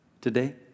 today